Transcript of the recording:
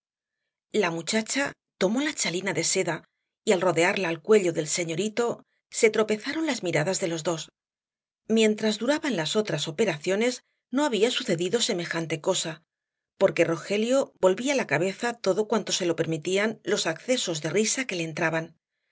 la muchacha tomó la chalina de seda y al rodearla al cuello del señorito se tropezaron las miradas de los dos mientras duraban las otras operaciones no había sucedido semejante cosa porque rogelio volvía la cabeza todo cuanto se lo permitían los accesos de risa que le entraban